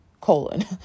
colon